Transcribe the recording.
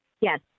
Yes